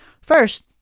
First